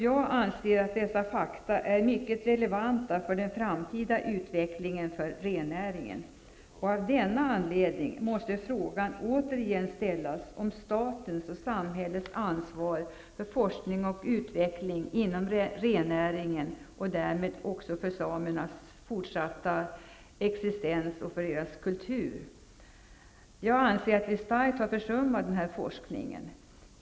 Jag anser att dessa fakta är mycket relevanta för rennäringens framtida utveckling, och av denna anledning måste frågan återigen ställas om statens och samhällets ansvar för forskning och utveckling inom rennäringen och därmed också för samernas fortsatta existens och för deras kultur. Jag anser att vi starkt har försummat denna forskning.